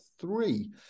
three